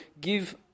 give